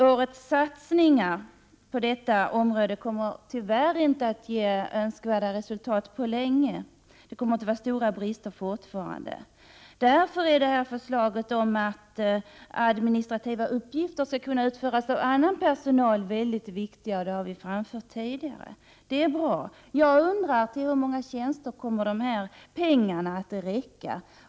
Årets satsningar på detta område kommer tyvärr inte att ge önskvärda resultat på länge. Det kommer fortfarande att finnas stora brister. Därför är förslaget om att administrativa uppgifter skall kunna utföras av annan personal än polisutbildad sådan väldigt viktigt — det har vi framfört tidigare. Det är bra att det genomförs. Jag undrar: Till hur många tjänster kommer pengarna att räcka?